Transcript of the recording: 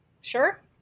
Sure